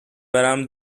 برم